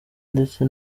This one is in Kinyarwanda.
ndetse